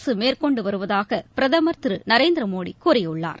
அரசு மேற்கொண்டு வருவதாக பிரதமர் திரு நரேந்திர மோடி கூறியுள்ளார்